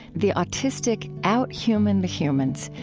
the autistic outhuman the humans,